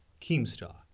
Keemstar